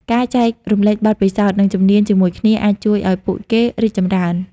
ការចែករំលែកបទពិសោធន៍ និងជំនាញជាមួយគ្នា អាចជួយឱ្យពួកគេរីកចម្រើន។